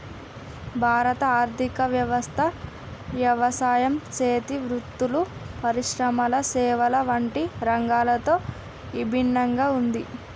భారత ఆర్థిక వ్యవస్థ యవసాయం సేతి వృత్తులు, పరిశ్రమల సేవల వంటి రంగాలతో ఇభిన్నంగా ఉంది